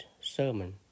sermon